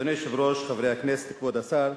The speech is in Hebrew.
אדוני היושב-ראש, חברי הכנסת, כבוד השר,